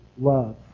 love